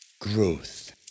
growth